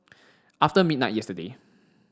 after midnight yesterday